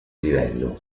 livello